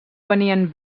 venien